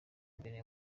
mbere